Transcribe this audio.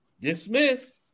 Dismissed